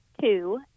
two